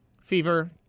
Fever